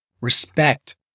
respect